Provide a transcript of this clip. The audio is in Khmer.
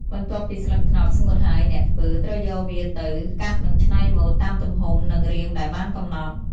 បន្ទាប់ពីស្លឹកត្នោតស្ងួតហើយ អ្នកធ្វើត្រូវយកវាទៅ កាត់និងច្នៃម៉ូដ តាមទំហំ និងរាងដែលបានកំណត់។